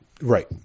Right